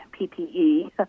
PPE